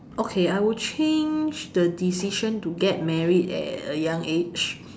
okay I would change the decision to get married at a young age